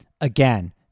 again